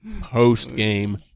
post-game